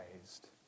raised